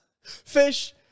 Fish